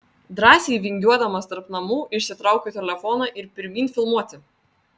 drąsiai vingiuodamas tarp namų išsitraukiau telefoną ir pirmyn filmuoti